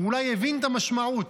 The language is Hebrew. אולי הבין את המשמעות.